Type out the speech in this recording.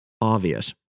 obvious